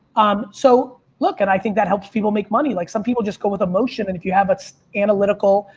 so look, and i think that helps people make money. like some people just go with emotion and if you have an analytical,